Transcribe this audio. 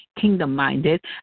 kingdom-minded